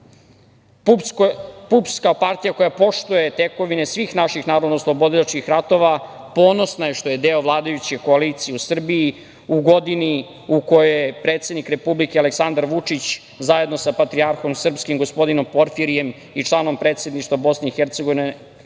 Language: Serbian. kao partija koja poštuje tekovine svih naših narodnooslobodilačkih ratova, ponosna je što je deo vladajuće koalicije u Srbiji u godini u kojoj je predsednik Republike Aleksandar Vučić, zajedno sa patrijarhom srpskim gospodinom Porfirijem i članom Predsedništva BiH Miloradom